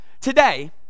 today